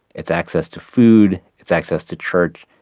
it's access to food, it's access to church,